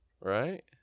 right